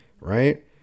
right